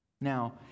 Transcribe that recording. Now